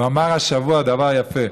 הוא אמר השבוע דבר יפה.